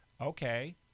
okay